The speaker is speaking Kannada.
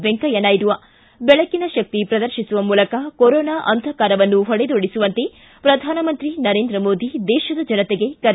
ವೆಂಕಯ್ಯನಾಯ್ದು ಿ ಬೆಳಕಿನ ಶಕ್ತಿ ಪ್ರದರ್ತಿಸುವ ಮೂಲಕ ಕೊರೊನಾ ಅಂಧಕಾರವನ್ನು ಹೊಡೆದೊಡಿಸುವಂತೆ ಪ್ರಧಾನಮಂತ್ರಿ ನರೇಂದ್ರ ಮೋದಿ ದೇತದ ಜನತೆಗೆ ಕರೆ